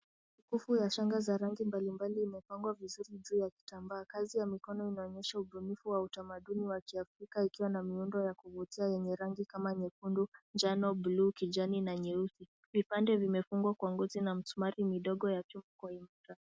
mkufu wa shanga za rangi mbalimbali imepangwa vizuri juu ya kitambaa. Kazi ya mikono inaonyesha ubunifu wa utamaduni wa kiafrika na ikiwa na miundo ya kuvutia yenye rangi kama nyekundu, njano, bluu, kijani na nyeusi. Vipande vimefungwa kwa ngozi na misumari midogo ya two point .